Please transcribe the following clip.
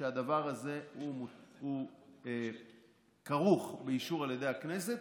שהדבר הזה כרוך באישור על ידי הכנסת.